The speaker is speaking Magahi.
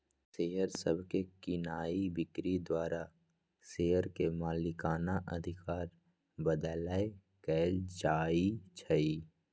शेयर सभके कीनाइ बिक्री द्वारा शेयर के मलिकना अधिकार बदलैंन कएल जाइ छइ